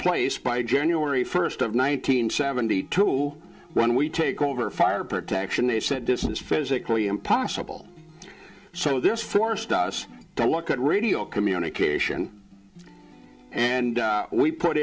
place by january first of nineteen seventy tool when we take over fire protection they said this is physically impossible so this forced us to look at radio communication and we put